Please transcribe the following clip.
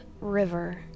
river